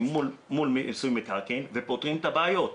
מול מיסוי מקרקעין ופותרים את הבעיות.